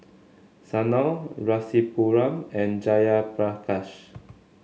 Sanal Rasipuram and Jayaprakash